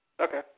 Okay